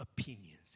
opinions